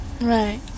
Right